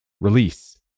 Release